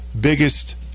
biggest